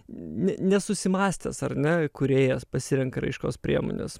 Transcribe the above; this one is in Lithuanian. ne nesusimąstęs ar ne kūrėjas pasirenka raiškos priemones